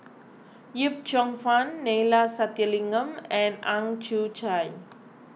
Yip Cheong Fun Neila Sathyalingam and Ang Chwee Chai